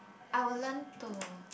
I will learn to